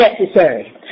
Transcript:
necessary